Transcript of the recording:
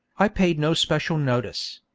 i paid no special notice.